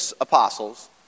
apostles